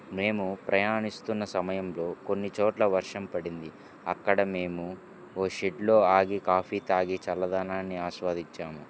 మేము ప్రయాణిస్తున్న సమయంలో కొన్ని చోట్ల వర్షం పడింది అక్కడ మేము ఒక షెడ్లో ఆగి కాఫీ తాగి చల్లదనాన్ని ఆస్వాదించాము